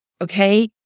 okay